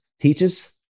teaches